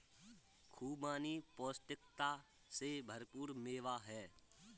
खुबानी पौष्टिकता से भरपूर मेवा है